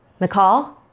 McCall